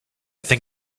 think